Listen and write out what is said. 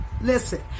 listen